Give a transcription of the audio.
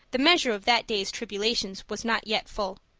the measure of that day's tribulations was not yet full.